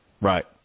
Right